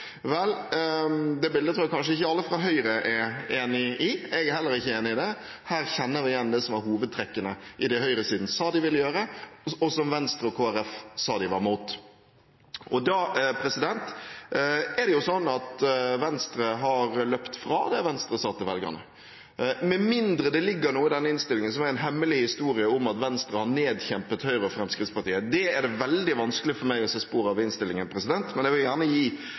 Vel, det bildet tror jeg kanskje ikke alle fra Høyre er enig i. Jeg er heller ikke enig i det. Her kjenner vi igjen hovedtrekkene i det som høyresiden sa de ville gjøre, og som Venstre og Kristelig Folkeparti sa de var imot. Og da har jo Venstre løpt fra det som Venstre sa til velgerne, med mindre det ligger noe i denne innstillingen som er en hemmelig historie om at Venstre har nedkjempet Høyre og Fremskrittspartiet. Det er det veldig vanskelig for meg å se spor av i innstillingen, men jeg vil gjerne gi